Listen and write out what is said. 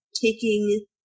taking